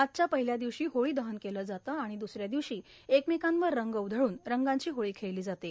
आजच्या पहिल्या दिवशी होळी दहन केली जाते आणि दुसऱ्या दिवशी एकमेकांवर रंग उधळून रंगाची होळी खेळली जाते